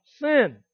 sin